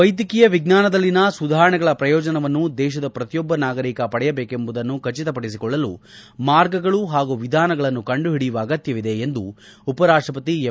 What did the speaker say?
ವೈದ್ಯಕೀಯ ವಿಜ್ಞಾನದಲ್ಲಿನ ಸುಧಾರಣೆಗಳ ಪ್ರಯೋಜನವು ದೇಶದ ಪ್ರತಿಯೊಬ್ಬ ನಾಗರಿಕ ಪಡೆಯಬೇಕೆಂಬುದನ್ನು ಖಚಿತಪಡಿಸಿಕೊಳ್ಳಲು ಮಾರ್ಗಗಳು ಹಾಗೂ ವಿಧಾನಗಳನ್ನು ಕಂಡು ಹಿಡಿಯುವ ಅಗತ್ಯವಿದೆ ಎಂದು ಉಪರಾಷ್ಟಪತಿ ಎಂ